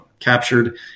captured